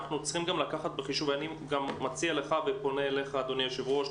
אני גם מציע לך אדוני היושב-ראש,